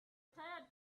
tired